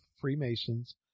Freemasons